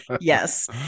Yes